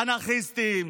"אנרכיסטים",